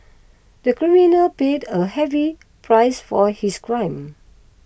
the criminal paid a heavy price for his crime